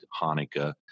Hanukkah